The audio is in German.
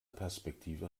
perspektive